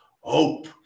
hope